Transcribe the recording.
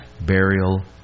burial